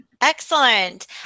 Excellent